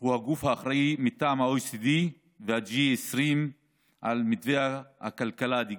הוא הגוף האחראי מטעם ה-OECD וה-G20 על מתווה הכלכלה הדיגיטלית.